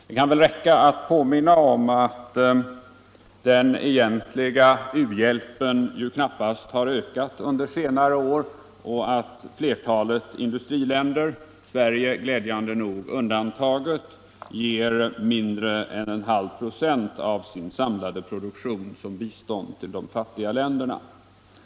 Det kan väl räcka att påminna om att den egentliga u-hjälpen knappast har ökat under senare år och att flertalet industriländer, Sverige glädjande nog undantaget, ger mindre än en 1/2 26 av sin samlade produktion som bistånd till de fattiga länderna.